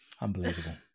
Unbelievable